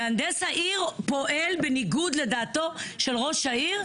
מהנדס העיר פועל בניגוד לדעתו של ראש העיר?